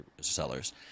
sellers